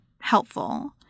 helpful